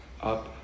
up